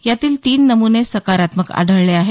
यातील तीन नमुने सकारात्मक आढळले आहेत